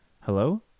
hello